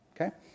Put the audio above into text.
okay